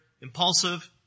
impulsive